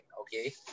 okay